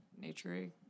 nature